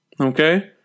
Okay